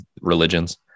religions